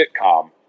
sitcom